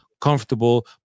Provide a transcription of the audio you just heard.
comfortable